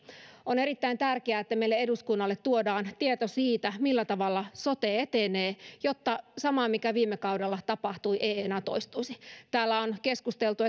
on erittäin tärkeää että meille eduskuntaan tuodaan tieto siitä millä tavalla sote etenee jotta sama mikä viime kaudella tapahtui ei ei enää toistuisi kun täällä on keskusteltu